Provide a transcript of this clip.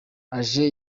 aje